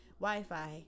wi-fi